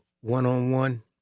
one-on-one